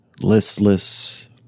listless